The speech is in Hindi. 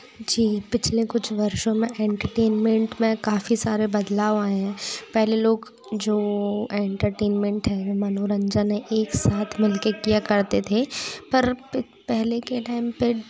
जी पिछले कुछ वर्षों में एंटरटेनमेंट में काफ़ी सारे बदलाव आए हैं पहले लोग जो एंटरटेनमेंट है मनोरंजन है एक साथ मिल के किया करते थे पर पहले के टाइम पर